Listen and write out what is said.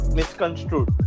misconstrued